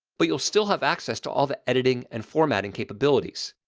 but you'll still have access to all the editing and formatting capabilities.